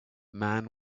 man